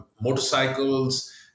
motorcycles